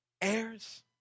Heirs